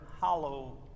hollow